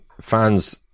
fans